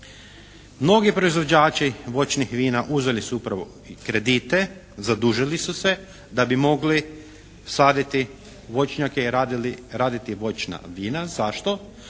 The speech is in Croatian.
Mnogi proizvođači voćnih vina uzeli su upravo kredite, zadužili su se da bi mogli saditi voćnjake i raditi voćna vina. Zašto?